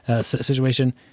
situation